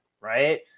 right